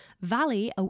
Valley